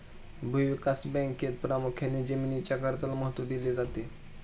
भूविकास बँकेत प्रामुख्याने जमीनीच्या कर्जाला महत्त्व दिले जाते